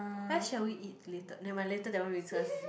where shall we eat later never mind later that one we just